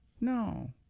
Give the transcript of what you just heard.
No